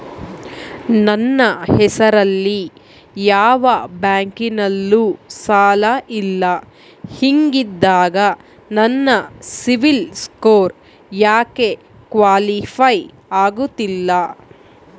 ನನ್ನ ಹೆಸರಲ್ಲಿ ಯಾವ ಬ್ಯಾಂಕಿನಲ್ಲೂ ಸಾಲ ಇಲ್ಲ ಹಿಂಗಿದ್ದಾಗ ನನ್ನ ಸಿಬಿಲ್ ಸ್ಕೋರ್ ಯಾಕೆ ಕ್ವಾಲಿಫೈ ಆಗುತ್ತಿಲ್ಲ?